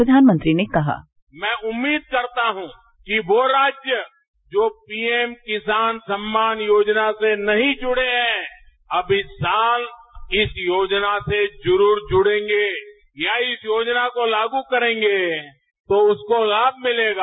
प्रधानमंत्री ने कहा मैं उम्मीद करता हूं कि वो राज्य जो पी एम किसान सम्मान योजना से नहीं जुड़े हैं अब इस साल इस योजना से जरूरजुड़ेगे या इस योजना को लागू करेंगे तो उसको लाम मिलेगा